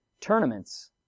tournaments